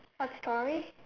a story